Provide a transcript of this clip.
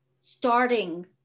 starting